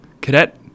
cadet